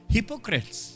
Hypocrites